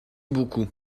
beaucoup